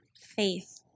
faith